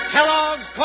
Kellogg's